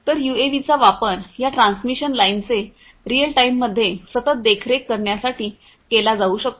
तर यूएव्हीचा वापर या ट्रान्समिशन लाइनचे रिअल टाइम मध्ये सतत देखरेख करण्यासाठी केला जाऊ शकतो